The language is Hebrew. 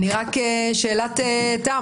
שאלת תם,